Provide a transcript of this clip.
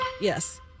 Yes